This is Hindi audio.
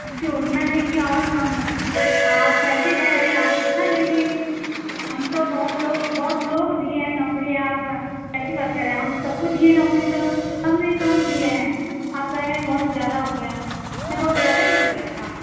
तो उतना लेंगे और कम है आप कैसे कह रहे हैं आप उतना लेंगे ही हम तो बहुत लोग बहुत लोगों को दिए हैं नौकरी आप कैसी बात कर रहे हैं हम सब को दिए हैं नौकरी तो कम से कम दिए हैं आप कह रहे हैं बहुत ज़्यादा हो गया इस में बहुत ही ज़्यादा हो गया है काम